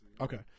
okay